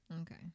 Okay